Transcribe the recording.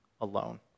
alone